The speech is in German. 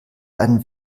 einen